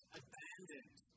abandoned